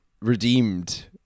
redeemed